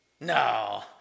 No